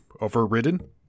overridden